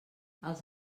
els